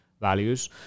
values